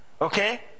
Okay